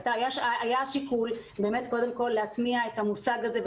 היה שיקול באמת קודם כול להטמיע את המושג הזה,